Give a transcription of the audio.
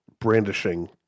brandishing